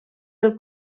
pel